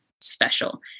special